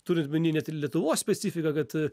turint omeny net ir lietuvos specifiką kad